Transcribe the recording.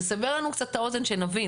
תסבר לנו קצת את האוזן שנבין.